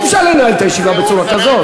אי-אפשר לנהל את הישיבה בצורה כזאת.